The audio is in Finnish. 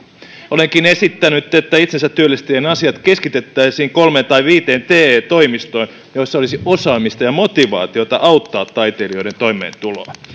olenkin esittänyt että itsensätyöllistäjien asiat keskitettäisiin kolmeen tai viiteen te toimistoon joissa olisi osaamista ja motivaatiota auttaa taiteilijoiden toimeentuloa